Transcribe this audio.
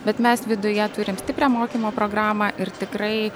bet mes viduje turim stiprią mokymo programą ir tikrai